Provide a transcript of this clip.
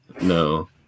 No